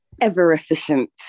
Ever-efficient